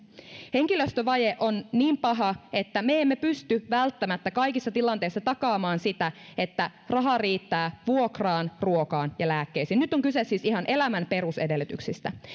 henkilöstövaje on niin paha että me emme pysty välttämättä kaikissa tilanteissa takaamaan sitä että raha riittää vuokraan ruokaan ja lääkkeisiin nyt on kyse siis ihan elämän perusedellytyksistä